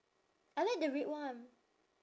I like the red one